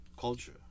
culture